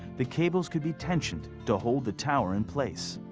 the cables could be tensioned to hold the tower in place.